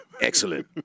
Excellent